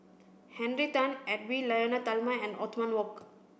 Henry Tan Edwy Lyonet Talma and Othman Wok